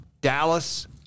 Dallas